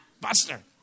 Buster